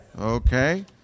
Okay